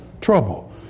trouble